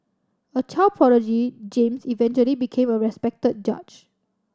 a child prodigy James eventually became a respected judge